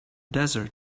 desert